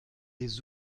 des